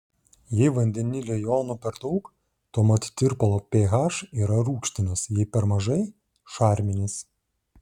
jei vandenilio jonų per daug tuomet tirpalo ph yra rūgštinis jei per mažai šarminis